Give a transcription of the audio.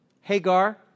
Hagar